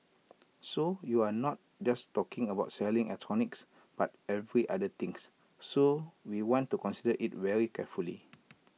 so you're not just talking about selling electronics but every other thinks so we want to consider IT very carefully